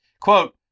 Quote